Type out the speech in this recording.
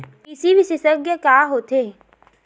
कृषि विशेषज्ञ का होथे?